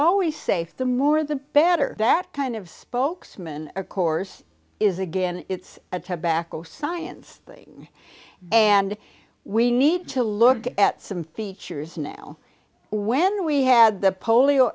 always safe the more the better that kind of spokesman of course is again it's a tough bacco science thing and we need to look at some features now when we had the polio